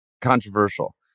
Controversial